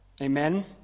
Amen